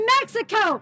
Mexico